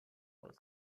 aus